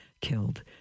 killed